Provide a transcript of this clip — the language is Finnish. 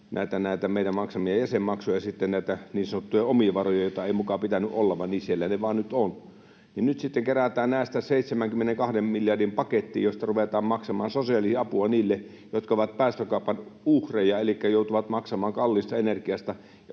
näitä meidän maksamiamme jäsenmaksuja ja näitä niin sanottuja omia varoja, joita ei muka pitänyt olla, vaan siellä ne vain nyt ovat. Nyt sitten kerätään näistä 72 miljardin paketti, josta ruvetaan maksamaan sosiaaliapua niille, jotka ovat päästökaupan uhreja, elikkä joutuvat maksamaan kalliista energiasta,